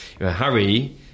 Harry